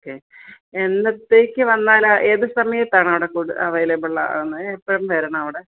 ഒക്കേ എന്നത്തേക്ക് വന്നാലാ ഏത് സമയത്താണ് അവിടെ കൂടു അവൈലബിൾ ആകുന്നേ എപ്പം വരണം അവിടെ